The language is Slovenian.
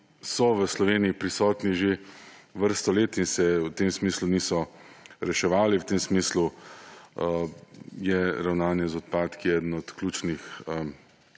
so v Sloveniji prisotni že vrsto let in se v tem smislu niso reševali. V tem smislu je ravnanje z odpadki ena od ključnih